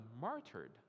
martyred